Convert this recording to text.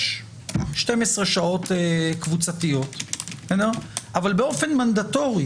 יש 12 שעות קבוצתיות אבל באופן מנדטורי.